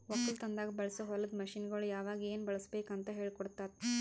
ಒಕ್ಕಲತನದಾಗ್ ಬಳಸೋ ಹೊಲದ ಮಷೀನ್ಗೊಳ್ ಯಾವಾಗ್ ಏನ್ ಬಳುಸಬೇಕ್ ಅಂತ್ ಹೇಳ್ಕೋಡ್ತಾರ್